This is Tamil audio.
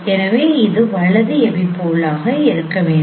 எனவே அது வலது எபிபோலாக இருக்க வேண்டும்